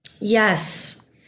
Yes